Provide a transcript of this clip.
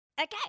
Okay